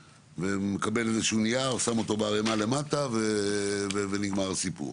מקבל איזשהו נייר ושם אותו בערימה למטה ונגמר הסיפור.